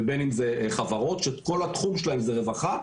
ובין אם זה חברות שכל התחום שלהם הוא רווחה,